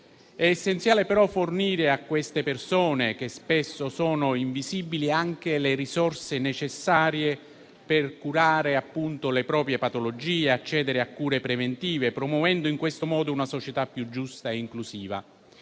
È essenziale però fornire a queste persone, che spesso sono invisibili, anche le risorse necessarie per curare le proprie patologie e accedere a cure preventive, promuovendo in questo modo una società più giusta e inclusiva.